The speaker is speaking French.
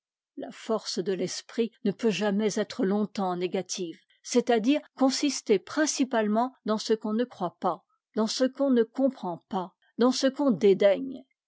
la force de l'esprit ne peut jamais être longtemps négative c'est-à-dire consister principalement dans ce qu'on ne croit pas dans ce qu'on ne comprend pas dans ce qu'on dédaigne